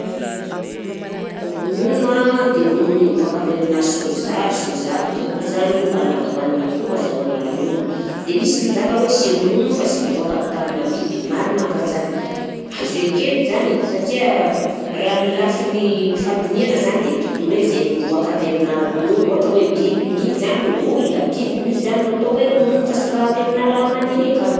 Ronono an dia ronona mivoaka avy amina soza, soza toko zany io mbana voana toko ahazahoana ronono dia misy mizaka hoe sy ronono io fa sy nivoaka avy tamina biby, marina va zany? Azo ekena zany satria raha amin'ny lafiny fandinihana zany dia tokony hoe zegny mivoaka avy amina ronono ohatra hoe biby mi zany olona biby mi zany no atao hoe ronono fa sy raha avy amin'ny raha maniry akany